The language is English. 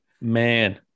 man